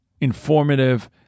informative